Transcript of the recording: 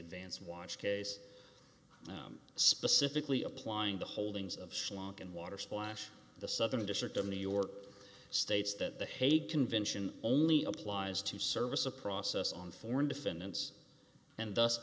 advanced watch case specifically applying the holdings of schlock and water splash the southern district of new york states that the hague convention only applies to service of process on foreign defendants and